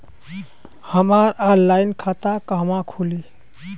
हमार ऑनलाइन खाता कहवा खुली?